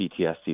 PTSD